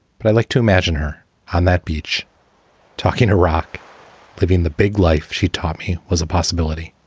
but i like to imagine her on that beach talking iraq living the big life she taught me was a possibility.